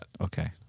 Okay